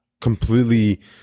completely